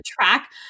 track